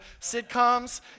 sitcoms